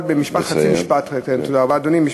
אבל במשפט, נא לסיים.